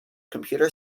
computer